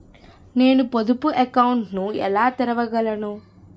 నేను పొదుపు అకౌంట్ను ఎలా తెరవగలను?